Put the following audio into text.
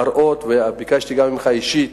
להראות, וביקשתי גם ממך אישית,